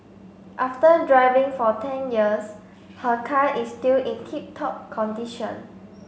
after driving for ten years her car is still in tip top condition